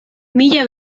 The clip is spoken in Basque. mila